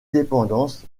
dépendance